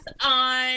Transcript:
on